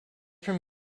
from